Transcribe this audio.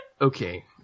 Okay